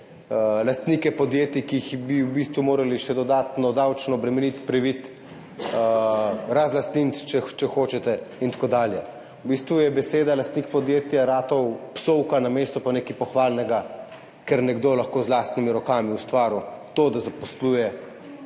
lastnike podjetij, ki bi jih v bistvu morali še dodatno davčno bremeniti, priviti, razlastniniti, če hočete, in tako dalje. V bistvu je beseda lastnik podjetja postala psovka namesto nekaj pohvalnega, ker je nekdo lahko z lastnimi rokami ustvaril to, da zaposluje